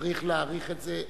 שצריך להאריך את זה?